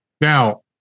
Now